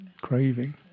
craving